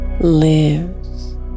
lives